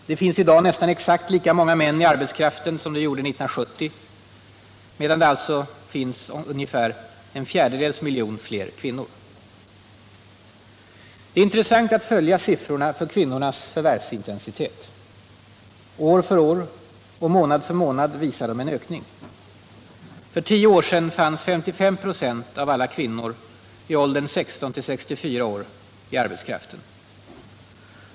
Det finns i dag nästan exakt lika många män i arbetskraften som det gjorde 1970, medan det alltså finns ungefär en fjärdedels miljon fler kvinnor. Det är intressant att följa siffrorna för kvinnornas förvärvsintensitet. År för år och månad för månad visar de en ökning. För tio år sedan fanns 55 26 av alla kvinnor i åldern 16-64 år i arbetskraften.